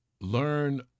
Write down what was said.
learn